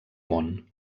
món